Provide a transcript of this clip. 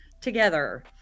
together